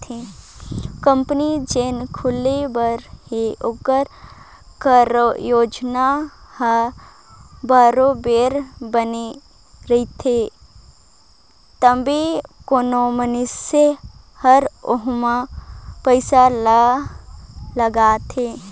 company जेन खुले बर हे ओकर कारयोजना हर बरोबेर बने रहथे तबे कोनो मइनसे हर ओम्हां पइसा ल लगाथे